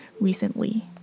recently